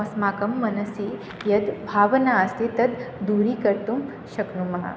अस्माकं मनसि यत् भावना अस्ति तद् दूरीकर्तुं शक्नुमः